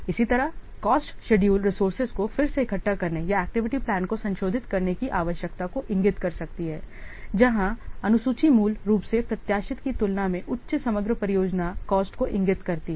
इसी तरह cost schedule resources को फिर से इकट्ठा करने या एक्टिविटी प्लान को संशोधित करने की आवश्यकता को इंगित कर सकती है जहां अनुसूची मूल रूप से प्रत्याशित की तुलना में उच्च समग्र परियोजना लागत को इंगित करती है